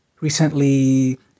Recently